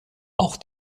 auch